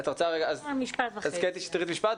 חה"כ קטי שטרית, בבקשה.